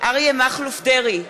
אריה מכלוף דרעי,